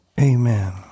Amen